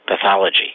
pathology